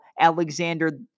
Alexander